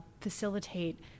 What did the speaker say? facilitate